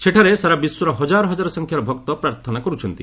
ସେଠାରେ ସାରା ବିଶ୍ୱର ହଜାର ହଜାର ସଂଖ୍ୟାର ଭକ୍ତ ପ୍ରାର୍ଥନା କରୁଛନ୍ତି